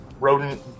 rodent